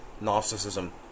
Gnosticism